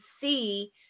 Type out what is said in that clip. see